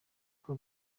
kuko